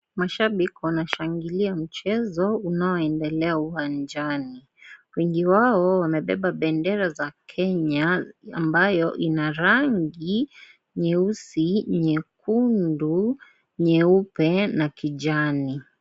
Mashabiki wanashingilia mchezo unaoendelea uwanjani, wengi wao wamebeba bendera za Kenya ambayo ina rangi, nyeusi, nyekundu, nyeupe na kijani.